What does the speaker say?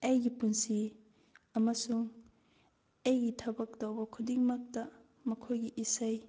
ꯑꯩꯒꯤ ꯄꯨꯟꯁꯤ ꯑꯃꯁꯨꯡ ꯑꯩꯒꯤ ꯊꯕꯛ ꯇꯧꯕ ꯈꯨꯗꯤꯡꯃꯛꯇ ꯃꯈꯣꯏꯒꯤ ꯏꯁꯩ